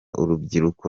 urubyiruko